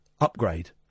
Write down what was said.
Upgrade